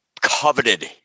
coveted